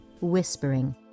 whispering